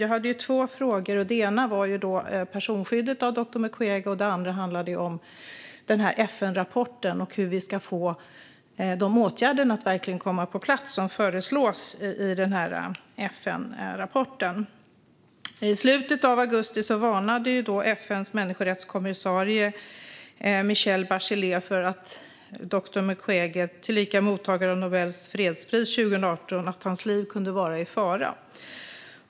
Jag hade två frågor; den ena gällde personskyddet av doktor Mukwege, och den andra handlade om FN-rapporten och hur vi ska få de åtgärder som föreslås i den att verkligen komma på plats. I slutet av augusti varnade FN:s människorättskommissarie Michelle Bachelet för att doktor Mukwege, som mottog Nobels fredspris 2018, kunde sväva i livsfara.